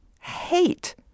hate